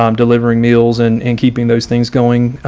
um delivering meals and and keeping those things going.